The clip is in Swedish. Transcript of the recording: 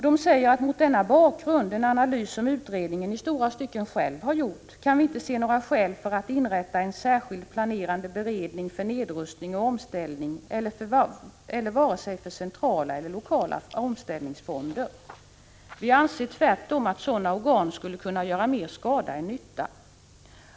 De säger: ”Mot denna bakgrund — en analys som utredningen i stora stycken själv har gjort — kan vi inte se några skäl för att inrätta en särskild planerande beredning för nedrustning och omställning eller för vare sig centrala eller lokala omställningsfonder. Vi anser tvärtom att sådana organ skulle kunna göra mer skada än nytta.